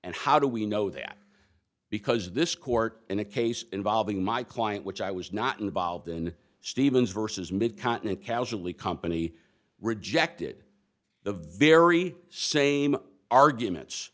and how do we know that because this court in a case involving my client which i was not involved in stephen's versus mid continent casually company rejected the very same arguments